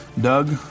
Doug